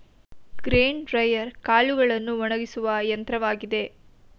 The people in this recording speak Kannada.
ಗ್ರೇನ್ ಡ್ರೈಯರ್ ಕಾಳುಗಳನ್ನು ಒಣಗಿಸುವ ಯಂತ್ರವಾಗಿದೆ